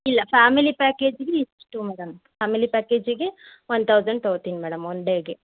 ಇಲ್ಲ ಫ್ಯಾಮಿಲಿ ಪ್ಯಾಕೇಜಿಗೆ ಇಷ್ಟು ಮೇಡಮ್ ಫ್ಯಾಮಿಲಿ ಪ್ಯಾಕೇಜಿಗೆ ಒನ್ ತೌಸಂಡ್ ತೊಗೋತೀನಿ ಮೇಡಮ್ ಒನ್ ಡೇಗೆ